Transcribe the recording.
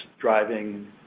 driving